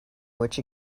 which